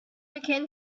began